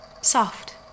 Soft